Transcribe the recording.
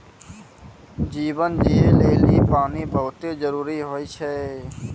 जीवन जियै लेलि पानी बहुत जरूरी होय छै?